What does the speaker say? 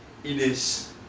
it is